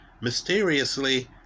mysteriously